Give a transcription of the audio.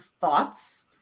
thoughts